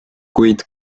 kuid